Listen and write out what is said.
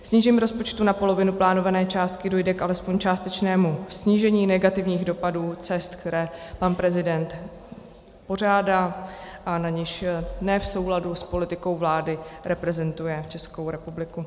Snížením rozpočtu na polovinu plánované částky dojde k alespoň částečnému snížení negativních dopadů cest, které pan prezident pořádá a na nichž ne v souladu s politikou vlády reprezentuje Českou republiku.